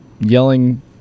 yelling